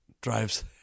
drives